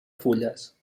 fulles